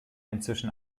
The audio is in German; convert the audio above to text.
inzwischen